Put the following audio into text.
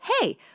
hey